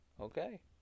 Okay